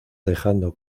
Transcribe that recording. dejando